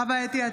חוה אתי עטייה,